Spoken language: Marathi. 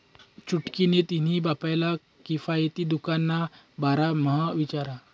छुटकी नी तिन्हा बापले किफायती दुकान ना बारा म्हा विचार